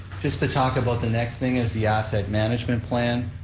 just to talk about the next thing is the asset management plan.